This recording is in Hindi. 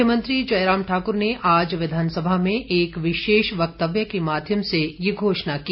मुख्यमंत्री जयराम ठाकुर ने आज विधानसभा में एक विशेष वक्तव्य के माध्यम से ये घोषणा की